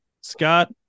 Scott